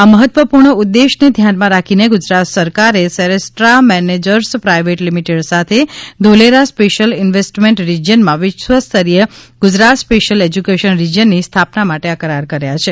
આ મહત્વપૂર્ણ ઉદ્દેશ્યને ધ્યાનમાં રાખીને ગુજરાત સરકારે સેરેસ્ટ્રા મેનેજર્સ પ્રાઇવેટ લિમિટેડ સાથે ધોલેરા સ્પેશ્યલ ઇન્વેસ્ટમેન્ટ રિજીયનમાં વિશ્વસ્તરીય ગુજરાત સ્પેશ્યલ એજ્યુકેશન રિજીયનની સ્થાપના માટે આ કરાર કર્યા છે